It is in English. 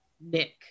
Nick